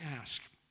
ask